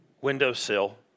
windowsill